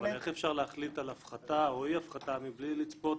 איך אפשר להחליט על הפחתה או אי הפחתה מבלי לצפות?